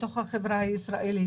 בתוך החברה הישראלית.